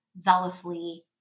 zealously